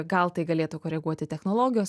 gal tai galėtų koreguoti technologijos